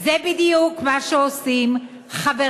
אמר כבר, זה דקה, אחד,